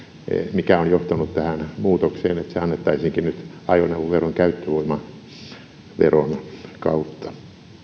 mikä on johtanut tähän muutokseen että se annettaisiinkin nyt ajoneuvoveron käyttövoimaveron kautta